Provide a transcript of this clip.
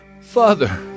Father